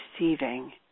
receiving